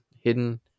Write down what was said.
hidden